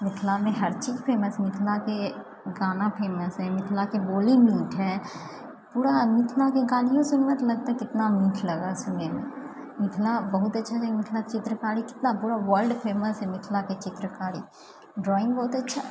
मिथिलामे हर चीज फेमस मिथिलाके गाना फेमस हइ मिथिलाके बोली मीठ हइ पूरा मिथिलाके गालियो सुनबय तऽ लगतइ कितना मीठ लगय हइ सुनयमे मिथिला बहुत अच्छा जगह मिथिलाके चित्रकारी कितना पूरा वर्ल्ड फेमस हइ मिथिलाके चित्रकारी ड्रॉइंग बहुत अच्छा